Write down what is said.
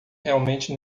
realmente